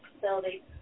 facility